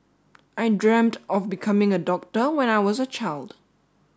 I dreamt of becoming a doctor when I was a child